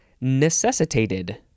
necessitated